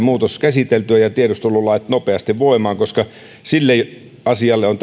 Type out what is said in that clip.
muutos käsiteltyä ja tiedustelulait nopeasti voimaan koska sille asialle on